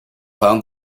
found